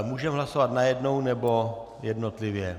Můžeme hlasovat najednou nebo jednotlivě?